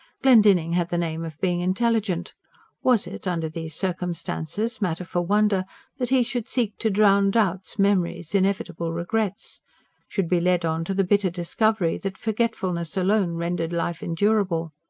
glendinning had the name of being intelligent was it, under these circumstances, matter for wonder that he should seek to drown doubts, memories, inevitable regrets should be led on to the bitter discovery that forgetfulness alone rendered life endurable?